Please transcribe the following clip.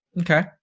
Okay